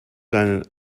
deinen